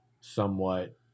somewhat